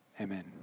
Amen